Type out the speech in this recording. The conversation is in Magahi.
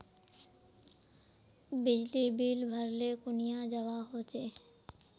बिजली बिल भरले कुनियाँ जवा होचे?